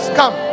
come